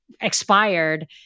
expired